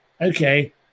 Okay